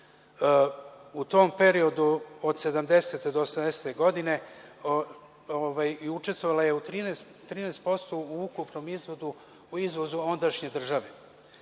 U tom periodu, od 1970. do 1980. godine, učestvovala je 13% u ukupnom izvozu ondašnje države.